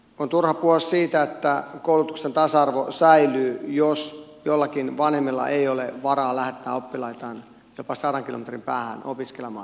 on turha puhua siitä että koulutuksen tasa arvo säilyy jos joillakin vanhemmilla ei ole varaa lähettää lapsiaan jopa sadan kilometrin päähän opiskelemaan tulevaisuudessa